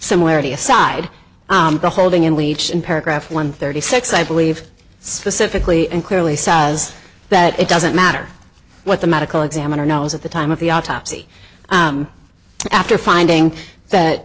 similarity aside the holding in leech in paragraph one thirty six i believe specifically and clearly says that it doesn't matter what the medical examiner knows at the time of the autopsy after finding that